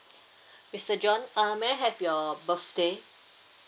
mister john um may I have your birthday